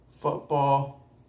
football